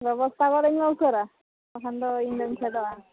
ᱵᱮᱵᱚᱥᱛᱷᱟ ᱜᱚᱫᱼᱟᱹᱧ ᱢᱮ ᱩᱥᱟᱹᱨᱟ ᱵᱟᱠᱷᱟᱱ ᱫᱚ ᱤᱧ ᱫᱚᱧ ᱯᱷᱮᱰᱚᱜᱼᱟ